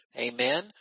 Amen